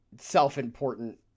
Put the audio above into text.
self-important